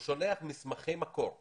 הוא שולח מסמכי מקור לסוכנות.